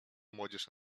młodzież